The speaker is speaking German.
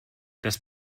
das